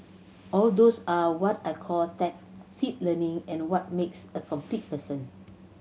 all those are what I call tacit learning and what makes a complete person